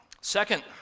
Second